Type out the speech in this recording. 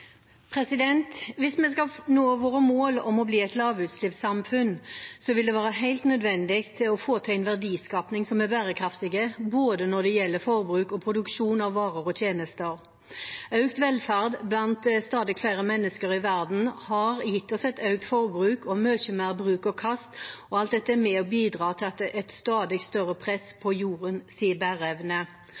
Hvis vi skal nå våre mål om å bli et lavutslippssamfunn, vil det være helt nødvendig å få til verdiskaping som er bærekraftig, når det gjelder både forbruk og produksjon av varer og tjenester. Økt velferd blant stadig flere mennesker i verden har gitt oss økt forbruk og mye mer bruk og kast, og alt dette bidrar til et stadig større press på jordens bæreevne.